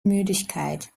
müdigkeit